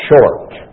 short